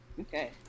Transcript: Okay